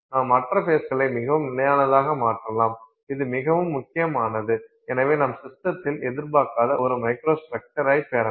நாம் மற்ற ஃபேஸ்களை மிகவும் நிலையானதாக மாற்றலாம் இது மிகவும் முக்கியமானது எனவே நாம் சிஸ்டத்தில் எதிர்பார்க்காத ஒரு மைக்ரோஸ்ட்ரக்சரைப் பெறலாம்